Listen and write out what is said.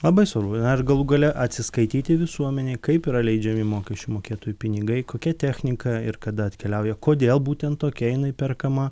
labai svarbu ar galų gale atsiskaityti visuomenei kaip yra leidžiami mokesčių mokėtojų pinigai kokia technika ir kada atkeliauja kodėl būtent tokia jinai perkama